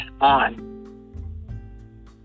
on